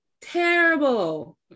terrible